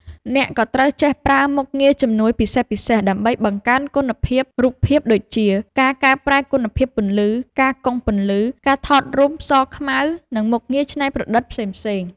អ្នកក៏ត្រូវចេះប្រើមុខងារជំនួយពិសេសៗ ដើម្បីបង្កើនគុណភាពរូបភាពដូចជា ការកែប្រែគុណភាពពន្លឺ ការកុងពន្លឺ ការថតរូបស-ខ្មៅ និង មុខងារច្នៃប្រតិដ្ឋផ្សេងៗ។